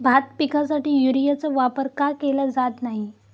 भात पिकासाठी युरियाचा वापर का केला जात नाही?